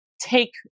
take